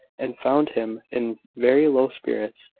and found him in very low spirits,